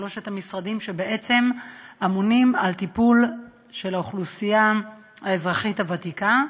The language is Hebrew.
שלושת המשרדים שבעצם אמונים על הטיפול באוכלוסייה האזרחית הוותיקה.